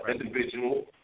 individual